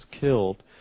killed